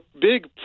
big